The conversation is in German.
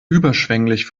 überschwänglich